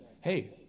hey